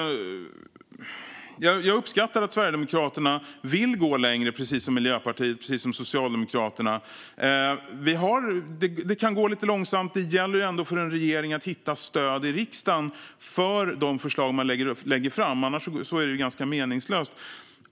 Jag uppskattar att Sverigedemokraterna vill gå längre, precis som Miljöpartiet och precis som Socialdemokraterna. Det kan gå lite långsamt, för det gäller ju ändå för en regering att hitta stöd i riksdagen för de förslag man lägger fram. Annars är det ganska meningslöst.